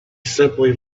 simply